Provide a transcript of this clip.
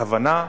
הבנה.